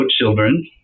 children